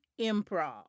improv